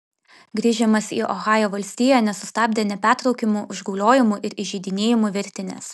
grįžimas į ohajo valstiją nesustabdė nepertraukiamų užgauliojimų ir įžeidinėjimų virtinės